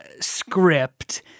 script